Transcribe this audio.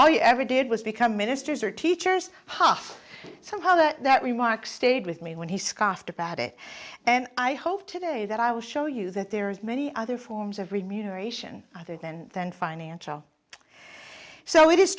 all you ever did was become ministers or teachers puff somehow that remark stayed with me when he scoffed about it and i hope today that i will show you that there is many other forms of remuneration other than than financial so it is